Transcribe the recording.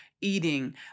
eating